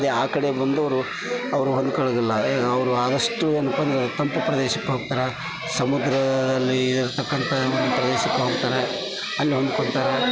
ಅದೇ ಆ ಕಡೆ ಬಂದವರು ಅವರು ಹೊಂದ್ಕೊಳ್ಳೋದಿಲ್ಲ ಅವರು ಅದಷ್ಟು ಏನಪ್ಪಾ ಅಂದರೆ ತಂಪು ಪ್ರದೇಶಕ್ಕೆ ಹೋಗ್ತರ ಸಮುದ್ರ ಅಲ್ಲಿ ಇರ್ತಕ್ಕಂಥ ಪ್ರದೇಶಕ್ಕೆ ಹೋಗ್ತಾರೆ ಅಲ್ಲಿ ಹೊಂದ್ಕೊತಾರೆ